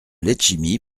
letchimy